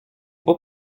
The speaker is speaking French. pas